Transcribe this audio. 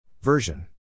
Version